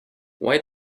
why